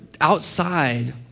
outside